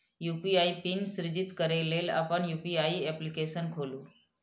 UPI PIN सृजित करै लेल अपन यू.पी.आई एप्लीकेशन खोलू